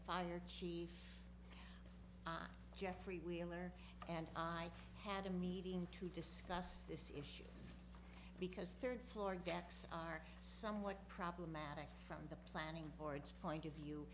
fire chief jeffrey wheeler and i had a meeting to discuss this because third floor gaps are somewhat problematic from the planning board's point of view